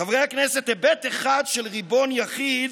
חברי הכנסת, היבט אחד של ריבון יחיד